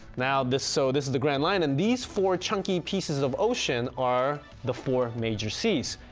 now this so this is the grand line and these four chunky pieces of ocean are the four majors seas,